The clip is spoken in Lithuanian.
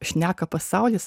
šneka pasaulis